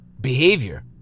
behavior